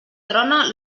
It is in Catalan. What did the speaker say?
trona